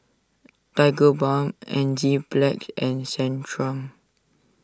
Tigerbalm Enzyplex and Centrum